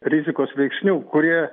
rizikos veiksnių kurie